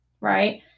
right